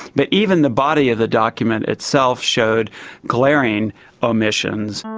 but even the body of the document itself showed glaring omissions.